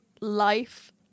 life